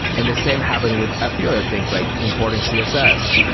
and the same happened with a few other things like importing css,